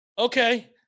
Okay